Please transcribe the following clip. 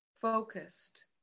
focused